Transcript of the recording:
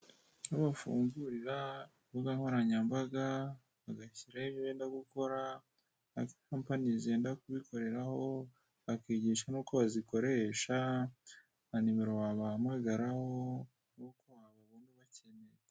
Aho bafungurira, imbuga nkoranyambaga, mu bakire benda gukora cyangwa kampani zenda kubikoreraho, bakwigisha n' uko bazikoresha na nimero wabahamagaraho,